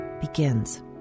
begins